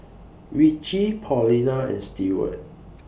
Ritchie Paulina and Stewart